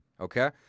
okay